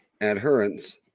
adherents